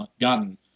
gotten